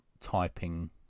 typing